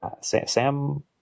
Sam